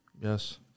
Yes